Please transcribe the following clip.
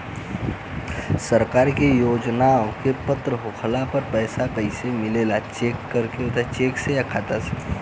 सरकार के योजनावन क पात्र होले पर पैसा कइसे मिले ला चेक से या खाता मे?